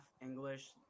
English